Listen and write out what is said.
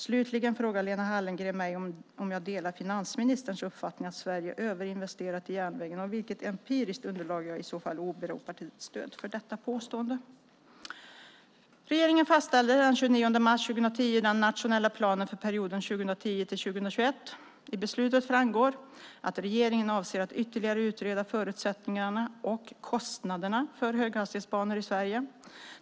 Slutligen frågar Lena Hallengren mig om jag delar finansministerns uppfattning att Sverige överinvesterat i järnvägen och vilket empiriskt underlag jag i så fall åberopar till stöd för detta påstående. Regeringen fastställde den 29 mars 2010 den nationella planen för perioden 2010-2021. I beslutet framgår att regeringen avser att ytterligare utreda förutsättningarna och kostnaderna för höghastighetsbanor i Sverige.